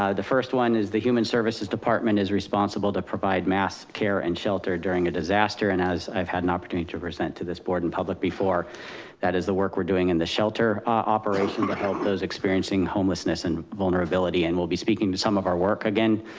the first one is the human services department is responsible to provide mass care and shelter during a disaster. and as i've had an opportunity to present to this board in public before that is the work we're doing in the shelter operation to help those experiencing homelessness and vulnerability. and we'll be speaking to some of our work again.